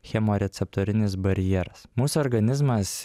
chemoreceptorinis barjeras mūsų organizmas